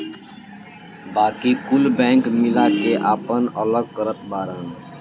बाकी कुल बैंक मिला के आपन अलग करत बाड़न